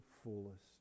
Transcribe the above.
fullest